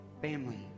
family